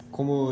Como